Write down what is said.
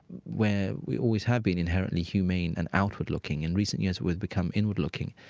where we always have been inherently humane and outward-looking. in recent years, we've become inward-looking.